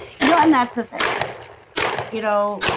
you know, and that's the thing you know